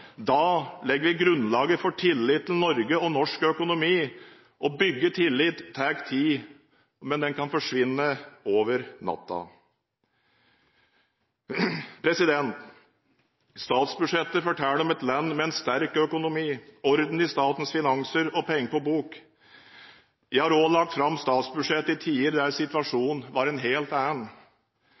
Da legger vi grunnlaget for tilliten til Norge og til norsk økonomi. Å bygge tillit tar tid, men den kan forsvinne over natten. Statsbudsjettet forteller om et land med en sterk økonomi, orden i statens finanser og penger på bok. Jeg har òg lagt fram statsbudsjettet i tider der situasjonen var en helt